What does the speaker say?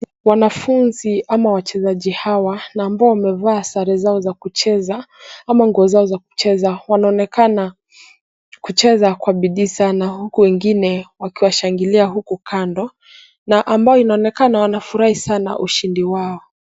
Wanafunzi ama wachezaji hawa na ambao wamevaa sare zao cha kucheza ama nguo zao za kucheza, wanaonekana kucheza kwa bidii sana, huku wengine wakiwashangilia huku kando na ambao inaonekana wanafurahi sana ushindi wao.